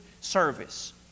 service